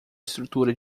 estrutura